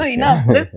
enough